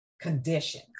condition